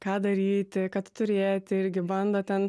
ką daryti kad turėti irgi bando ten